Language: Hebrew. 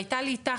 הייתה לי איתך,